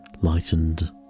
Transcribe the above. Lightened